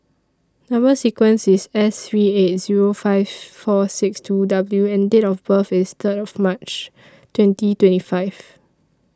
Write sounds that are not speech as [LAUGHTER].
Number sequence IS S three eight Zero five [NOISE] four six two W and Date of birth IS Third of March twenty twenty five